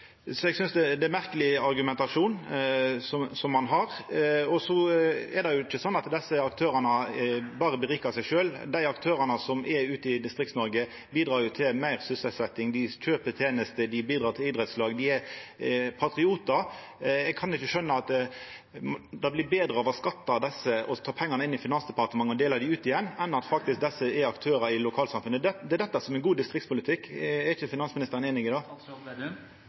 Eg synest det er ein merkeleg argumentasjon ein har. Det er ikkje sånn at desse aktørane berre berikar seg sjølve. Dei aktørane som er ute i Distrikts-Noreg, bidreg jo til meir sysselsetjing, dei kjøper tenester, dei bidreg til idrettslag, dei er patriotar. Eg kan ikkje skjøna at det blir betre av å skattleggja desse, å ta pengane inn i Finansdepartementet og dela dei ut igjen, enn at desse faktisk er aktørar i lokalsamfunnet. Det er dette som er god distriktspolitikk. Er ikkje finansministeren einig i